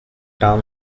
town